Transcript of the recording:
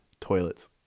toilets